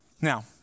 Now